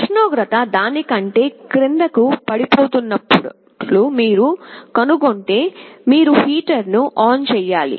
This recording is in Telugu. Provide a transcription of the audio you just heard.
ఉష్ణోగ్రత దాని కంటే క్రిందకు పడిపోతున్నట్లు మీరు కనుగొంటే మీరు హీటర్ను ఆన్ చేయాలి